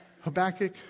Habakkuk